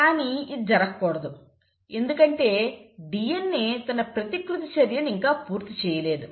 కానీ ఇది జరుగకూడదు ఎందుకంటే DNA తన ప్రతికృతి చర్యను ఇంకా పూర్తి చేయలేదు